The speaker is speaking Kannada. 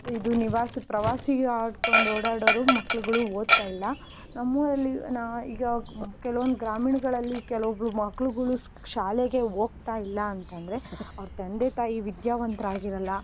ಇದು ನಿವಾಸಿ ಪ್ರವಾಸಿ ಆಡಿಕೊಂಡು ಓಡಾಡೋರು ಮಕ್ಕಳುಗಳು ಓದ್ತಾಯಿಲ್ಲ ನಮ್ಮೂರಲ್ಲಿ ನಾ ಈಗ ಕೆಲವೊಂದು ಗ್ರಾಮೀಣಗಳಲ್ಲಿ ಕೆಲವೊಬ್ಬರು ಮಕ್ಳುಗಳು ಸ್ಕೂ ಶಾಲೆಗೆ ಹೋಗ್ತಾ ಇಲ್ಲ ಅಂತಂದರೆ ಅವ್ರ ತಂದೆ ತಾಯಿ ವಿದ್ಯಾವಂತರಾಗಿರೋಲ್ಲ